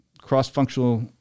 cross-functional